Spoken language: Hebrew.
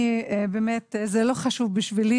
זה לא חשוב בשבילי.